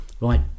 right